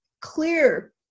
clear